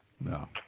No